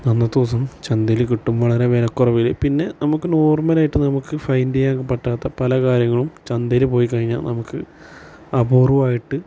അന്നത്തെ ദിവസം ചന്തയില് കിട്ടും വളരെ വിലക്കുറവിൽ പിന്നെ നമുക്ക് നോർമലായിട്ട് നമുക്ക് ഫൈൻഡ് ചെയ്യാൻ പറ്റാത്ത പല കാര്യങ്ങളും ചന്തയില് പോയി കഴിഞ്ഞാൽ നമുക്ക് അപൂർവമായിട്ട്